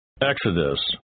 Exodus